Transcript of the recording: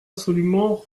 absolument